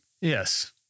Yes